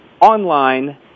online